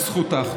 בזכות האחדות.